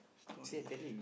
say friendly